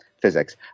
physics